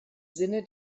sinne